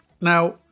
Now